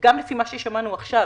גם לפי מה ששמענו עכשיו,